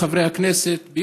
חבר הכנסת זוהיר בהלול.